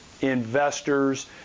investors